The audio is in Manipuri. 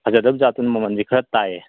ꯐꯖꯗꯕ ꯖꯥꯠꯇꯨꯅ ꯃꯃꯟꯁꯦ ꯈꯔ ꯇꯥꯏꯌꯦ